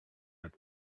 had